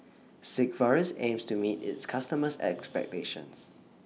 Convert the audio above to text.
Sigvaris aims to meet its customers' expectations